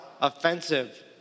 offensive